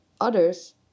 others